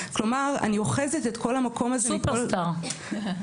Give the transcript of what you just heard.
כלומר אני אוחזת את כל המקום הזה --- סופר סטאר.